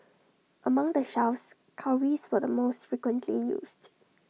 among the shells cowries were the most frequently used